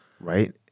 Right